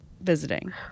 visiting